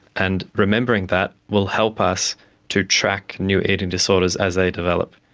and remembering that will help us to track new eating disorders as they develop.